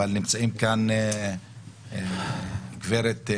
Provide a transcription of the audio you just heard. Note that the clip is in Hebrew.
אבל נמצאים כאן נציגים, גברת?